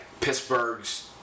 Pittsburgh's